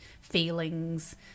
feelings